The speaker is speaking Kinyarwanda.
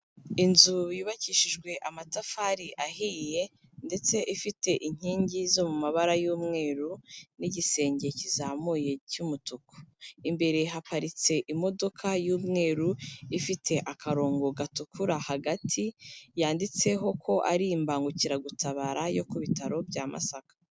Inzu yubakishijwe amatafari ahiye, ndetse ifite inkingi zo mu mabara y'umweru, n'igisenge kizamuye cy'umutuku, imbere haparitse imodoka y'umweru, ifite akarongo gatukura hagati, yanditseho ko ari imbangukiragutabara, yo ku bitaro bya masaka.